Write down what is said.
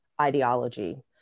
ideology